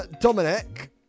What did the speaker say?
dominic